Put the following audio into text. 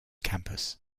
campus